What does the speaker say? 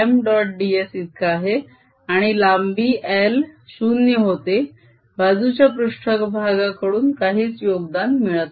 आणि लांबी l 0 होते बाजूच्या पृष्ट्भागाकडून काहीच योगदान मिळत नाही